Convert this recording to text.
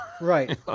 Right